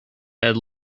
had